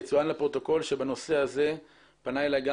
יצוין לפרוטוקול שבנושא הזה פנה אלי גם